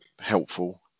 helpful